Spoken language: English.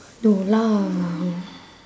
no lah